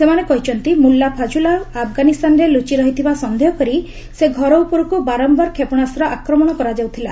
ସେମାନେ କହିଛନ୍ତି ମୁଲ୍ଲ ଫାଜୁଲ୍ଲାହା ଆଫ୍ଗାନିସ୍ଥାନରେ ଲୁଚି ରହିଥିବା ସନ୍ଦେହ କରି ସେ ଘର ଉପରକ୍ ବାରମ୍ଭାର କ୍ଷେପଣାସ୍ତ ଆକ୍ରମଣ କରାଯାଉଥିଲା